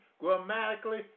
grammatically